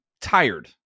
tired